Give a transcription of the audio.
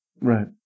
Right